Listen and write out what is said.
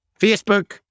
Facebook